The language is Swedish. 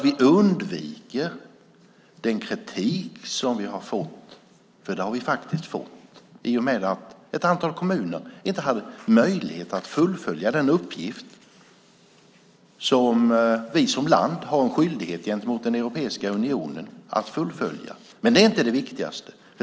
Vi undviker då den kritik som vi har fått - för det har vi faktiskt fått - i och med att ett antal kommuner inte hade möjlighet att fullfölja den uppgift som vi som land har en skyldighet gentemot Europeiska unionen att fullfölja. Men det är inte det viktigaste.